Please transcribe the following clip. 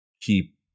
keep